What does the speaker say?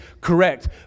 correct